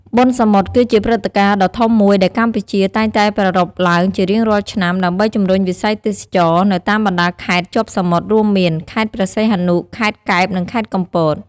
បុណ្យសមុទ្រ គឺជាព្រឹត្តិការណ៍ដ៏ធំមួយដែលកម្ពុជាតែងតែប្រារព្ធឡើងជារៀងរាល់ឆ្នាំ ដើម្បីជំរុញវិស័យទេសចរណ៍នៅតាមបណ្ដាខេត្តជាប់សមុទ្រ រួមមាន៖ ខេត្តព្រះសីហនុ ខេត្តកែប និងខេត្តកំពត។